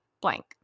blank